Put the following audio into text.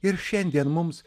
ir šiandien mums